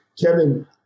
Kevin